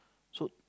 so